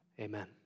amen